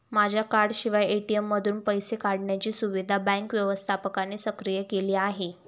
माझ्या कार्डाशिवाय ए.टी.एम मधून पैसे काढण्याची सुविधा बँक व्यवस्थापकाने सक्रिय केली आहे